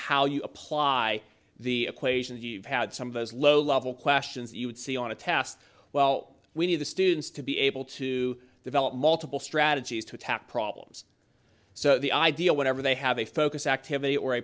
how you apply the equations you've had some of those low level questions you would see on a test well we do the students to be able to develop multiple strategies to attack problems so the idea whenever they have a focus activity or a